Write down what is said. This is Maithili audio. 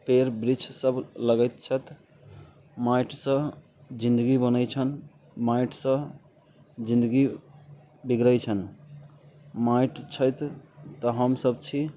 पेड़ वृक्ष सभ लगैत छथि माटिसँ जिंदगी बनैत छनि माटिसँ जिंदगी बिगड़ै छनि माटि छथि तऽ हमसभ छी